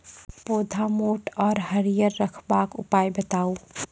पौधा मोट आर हरियर रखबाक उपाय बताऊ?